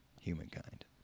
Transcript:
Humankind